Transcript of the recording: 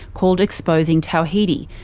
called exposing tawhidi,